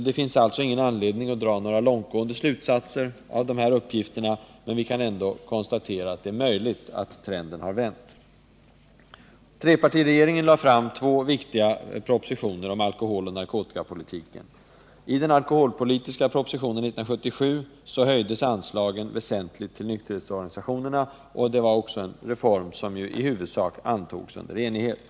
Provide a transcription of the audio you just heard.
Det finns alltså ingen anledning att dra några långtgående slutsatser, men vi kan konstatera att det är möjligt att trenden har vänt. I den alkoholpolitiska propositionen 1977 höjdes anslagen till nykterhetsorganisationerna väsentligt. Det var en reform som i huvudsak antogs i enighet.